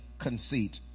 conceit